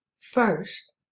First